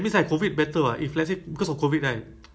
oh the base I mean there's a pedal kan